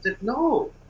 No